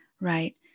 right